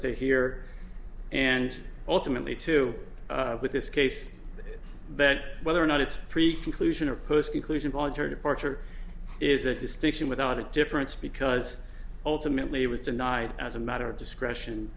stay here and ultimately to with this case but whether or not it's preclusion or post inclusion voluntary departure is a distinction without a difference because ultimately it was denied as a matter of discretion